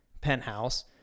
penthouse